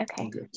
Okay